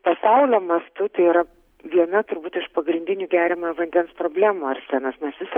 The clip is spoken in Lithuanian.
pasaulio mastu tai yra viena turbūt iš pagrindinių geriamojo vandens problemų arsenas nes jis